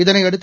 இதையடுத்து